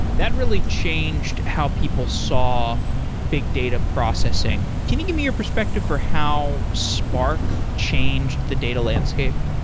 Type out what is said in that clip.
that really changed how people saw big data processing. can you give me your perspective for how spark changed the data landscape?